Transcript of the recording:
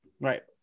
right